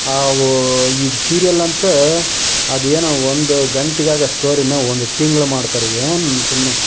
ಆ ಒ ಇದು ಸೀರಿಯಲ್ ಅಂತ ಅದು ಏನೋ ಒಂದು ಗಂಟೆಗಾಗೋ ಸ್ಟೋರಿನ್ನ ಒಂದು ತಿಂಗ್ಳು ಮಾಡ್ತಾರೆ ಏನು ಸುಮ್ಮನೆ